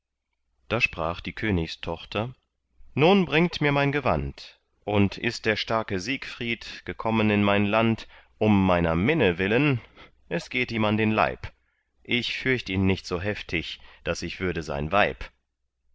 da sprach die königstochter nun bringt mir mein gewand und ist der starke siegfried gekommen in mein land um meiner minne willen es geht ihm an den leib ich fürcht ihn nicht so heftig daß ich würde sein weib